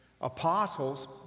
apostles